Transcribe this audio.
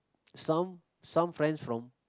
some some friends from